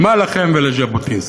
מה לכם ולז'בוטינסקי?